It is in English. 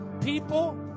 people